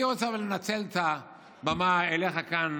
אני רוצה לנצל את הבמה ולדבר אליך כאן,